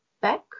back